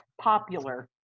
popular